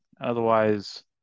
Otherwise